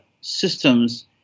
systems